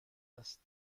است